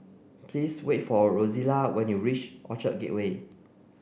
please wait for Rozella when you reach Orchard Gateway